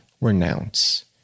renounce